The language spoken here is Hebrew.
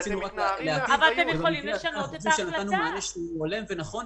אני חושב שנתנו מענה הולם ונכון,